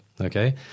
okay